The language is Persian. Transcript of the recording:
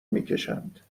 میکشند